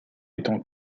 étant